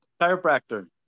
Chiropractor